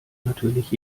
natürlich